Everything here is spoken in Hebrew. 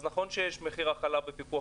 אז, נכון שמחיר החלב בפיקוח.